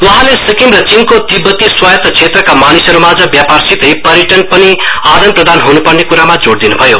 वहाँले सिक्किम र चीनको तिब्बत स्वायन्त क्षेत्रका मानिसहरूमास व्यापारसितै पर्यटन पनि आदान प्रदान हुनुपर्ने कुरामा जोड़ दिनु भयो